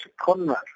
Conrad